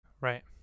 right